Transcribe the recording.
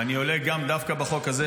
ואני עולה גם דווקא בחוק הזה,